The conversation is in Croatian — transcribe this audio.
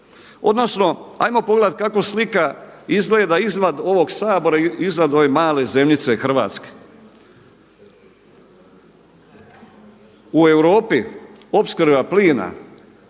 odnosno hajmo pogledat kako slika izgleda izvan ovog Sabora, izvan ove male zemljice Hrvatske. U Europi opskrba plina